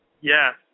Yes